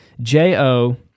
J-O